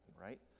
right